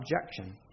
objection